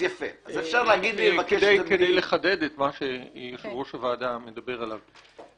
אפשר להגיד לי ולבקש --- כדי לחדד את מה שיושב-ראש הוועדה מדבר עליו,